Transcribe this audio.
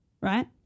right